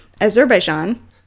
Azerbaijan